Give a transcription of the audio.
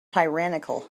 tyrannical